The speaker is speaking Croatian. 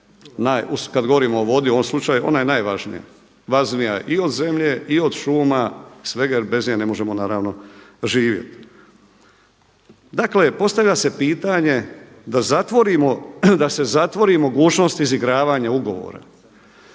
kad govorimo o vodi u ovom slučaju ona je najvažnije, važnija je i od zemlje, i od šuma jer bez nje ne možemo naravno živjeti. Dakle, postavlja se pitanje da se zatvori mogućnost izigravanja ugovora,